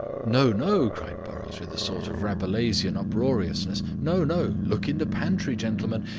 no, no, cried burrows, with a sort of rabelaisian uproariousness. no, no, look in the pantry, gentlemen.